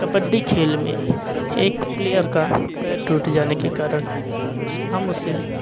कबड्डी खेल में एक प्लेयर का पैर टूट जाने के कारण हम उसे